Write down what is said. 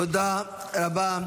תודה רבה.